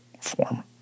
form